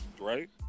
Right